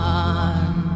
one